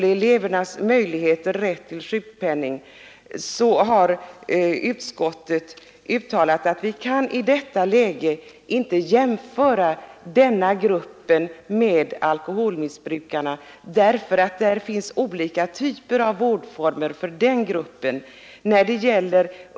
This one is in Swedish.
När det sedan gäller ungdomsvårdsskoleelevernas rätt till sjukpenning har utskottet uttalat att vi i detta läge inte kan jämföra denna grupp med alkoholmissbrukare, eftersom det finns olika typer av vårdformer för den sistnämnda gruppen.